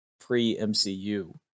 pre-MCU